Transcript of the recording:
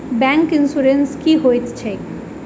Bank insurance की होइत छैक?